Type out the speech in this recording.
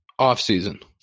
offseason